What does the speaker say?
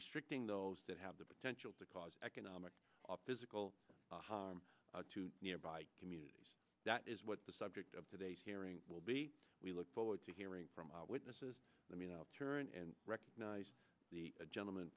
restricting those that have the potential to cause economic opposite will harm to nearby communities that is what the subject of today's hearing will be we look forward to hearing from witnesses let me turn and recognize the gentleman